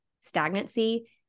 stagnancy